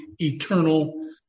eternal